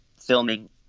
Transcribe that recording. filming